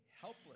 helpless